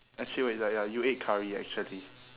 actually wait ya ya you ate curry actually